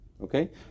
Okay